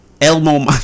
Elmo